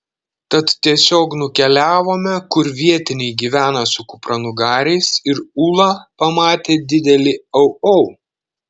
tad tiesiog nukeliavome kur vietiniai gyvena su kupranugariais ir ūla pamatė didelį au au